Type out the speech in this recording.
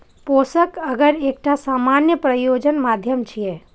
पोषक अगर एकटा सामान्य प्रयोजन माध्यम छियै